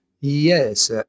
Yes